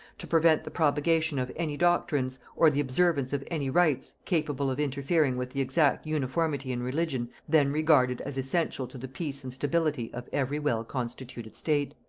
to prevent the propagation of any doctrines, or the observance of any rites, capable of interfering with the exact uniformity in religion then regarded as essential to the peace and stability of every well constituted state.